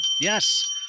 Yes